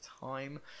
time